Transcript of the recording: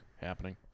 happening